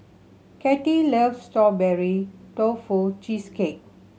Kattie loves Strawberry Tofu Cheesecake